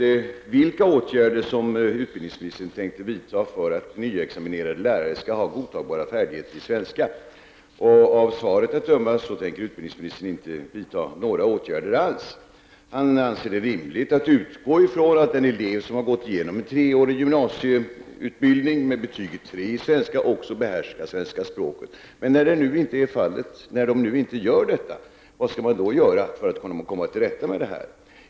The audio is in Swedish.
examinerade lärare skall ha godtagbara färdigheter i svenska. Av svaret att döma tänker utbildningsministern inte vidta några åtgärder alls. Han anser det rimligt att utgå ifrån att den elev som gått igenom en treårig gymnasieutbildning med betyget 3 i svenska också behärskar svenska språket. Men när det nu inte är så, vad skall man då göra för att komma till rätta med problemet?